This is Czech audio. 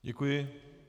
Děkuji.